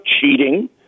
cheating